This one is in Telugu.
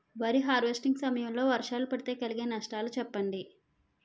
వరి హార్వెస్టింగ్ సమయం లో వర్షాలు పడితే కలిగే నష్టాలు చెప్పండి?